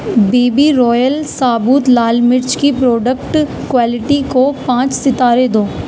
be B Royal ثابوت لال مرچ کی پروڈکٹ کوالیٹی کو پانچ ستارے دو